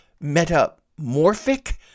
Metamorphic